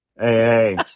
hey